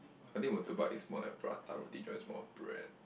I think Murtabak is more like Prata Roti-John is more of bread